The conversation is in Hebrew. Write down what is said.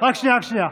רק שנייה,